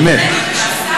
באמת.